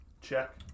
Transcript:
check